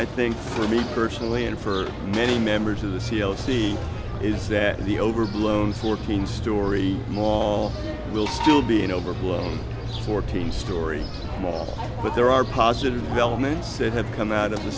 i think for me personally and for many members of the c l c is that the overblown fourteen story mall will still be an overblown fourteen story but there are positive elements that have come out of the